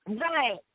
Right